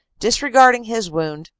dis regarding his wound,